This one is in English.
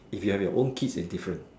if you have your own kids it's different